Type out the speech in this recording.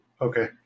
Okay